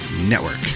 Network